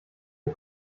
der